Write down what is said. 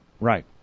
Right